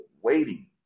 waiting